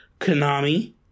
Konami